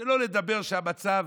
שלא לדבר שתמיד,